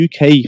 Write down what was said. uk